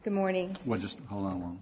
good morning well just hold on o